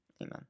Amen